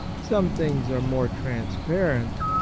some things are more transparent,